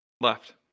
left